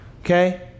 okay